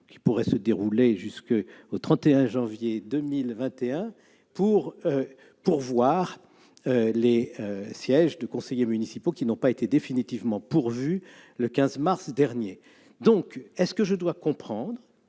qui pourrait se dérouler jusqu'au 31 janvier 2021 pour pourvoir les sièges de conseillers municipaux qui n'ont pas été définitivement attribués le 15 mars dernier. Dois-je comprendre